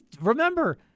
remember